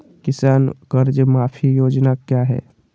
किसान कर्ज माफी योजना क्या है?